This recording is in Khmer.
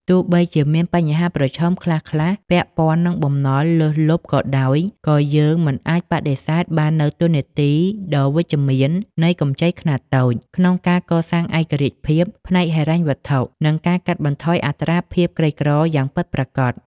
ទោះបីជាមានបញ្ហាប្រឈមខ្លះៗពាក់ព័ន្ធនឹងបំណុលលើសលប់ក៏ដោយ ក៏យើងមិនអាចបដិសេធបាននូវតួនាទីដ៏វិជ្ជមាននៃកម្ចីខ្នាតតូច ក្នុងការកសាងឯករាជ្យភាពផ្នែកហិរញ្ញវត្ថុ និងការកាត់បន្ថយអត្រាភាពក្រីក្រយ៉ាងពិតប្រាកដ។